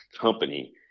company